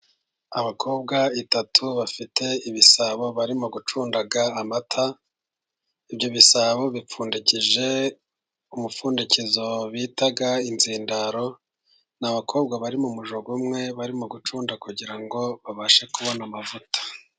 Abakobwa batatu bafite ibisabo barimo gucunda amata ibyo bisabo bipfundikije umupfundikizo bita inzindaro. Ni abakobwa bari mu mujyo umwe barimo gucunda kugira ngo babashe kubona amavuta.